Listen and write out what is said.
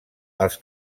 els